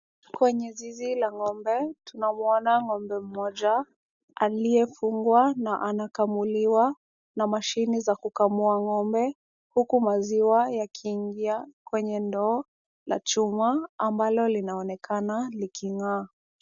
Kwenye zizi la ng'ombe, tunamwona ng'ombe mmoja, aliyefungwa na anakamuliwa na machine za kukamua ng'ombe, huku maziwa yakiingia kwenye ndoo la chuma, ambalo linaonekana liking'aa.